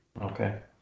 Okay